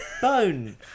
bone